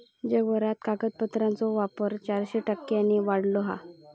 जगभरात कागदाचो वापर चारशे टक्क्यांनी वाढलो हा